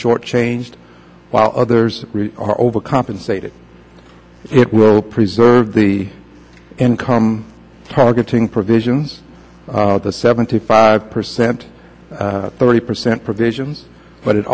short changed while others are overcompensated it will preserve the income targeting provisions of the seventy five percent thirty percent provisions but it